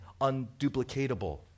unduplicatable